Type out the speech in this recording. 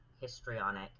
histrionic